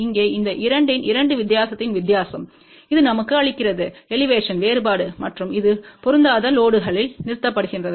இங்கே இந்த 2 இன் 2 வித்தியாசத்தின் வித்தியாசம் இது நமக்கு அளிக்கிறது எலிவேஷன் வேறுபாடு மற்றும் இது பொருந்தாத லோடுகளில் நிறுத்தப்படுகிறது